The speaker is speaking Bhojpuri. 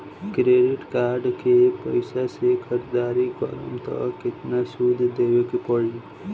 क्रेडिट कार्ड के पैसा से ख़रीदारी करम त केतना सूद देवे के पड़ी?